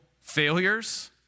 failures